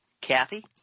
Kathy